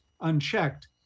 unchecked